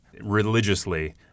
religiously